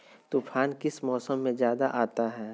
तूफ़ान किस मौसम में ज्यादा आता है?